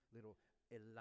Little